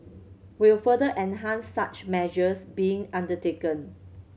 will further enhance such measures being undertaken